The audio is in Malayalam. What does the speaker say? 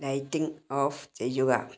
ലൈറ്റിംഗ് ഓഫ് ചെയ്യുക